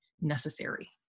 necessary